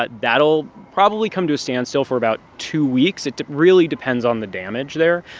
but that'll probably come to a standstill for about two weeks. it really depends on the damage there.